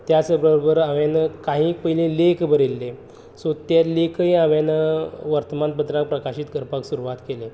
त्याच बरोबर हांवेन काही पयली लेख बरयल्ले सो तें लेखय हांवेन वर्तमानपत्रांक प्रकाशीत करपाक सुरवात केली